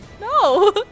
No